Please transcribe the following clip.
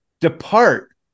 depart